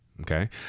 Okay